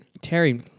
Terry